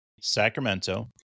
Sacramento